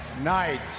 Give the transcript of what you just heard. Night